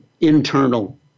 internal